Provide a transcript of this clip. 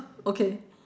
okay